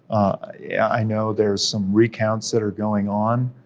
i know there's some recounts that are going on,